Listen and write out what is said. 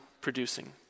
producing